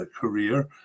career